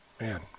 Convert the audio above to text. Man